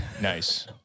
Nice